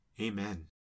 amen